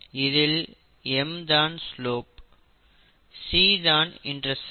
இதில் m தான் slope c தான் இன்டர்செப்ட்